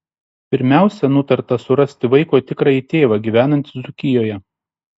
pirmiausia nutarta surasti vaiko tikrąjį tėvą gyvenantį dzūkijoje